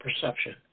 perception